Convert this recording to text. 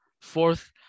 fourth